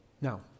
Now